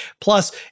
plus